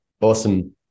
Awesome